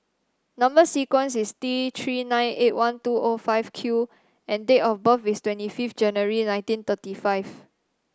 number sequence is T Three nine eight one two O five Q and date of birth is twenty five January nineteen thirty five